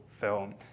film